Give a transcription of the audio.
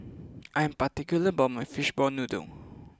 I am particular about my Fishball Noodle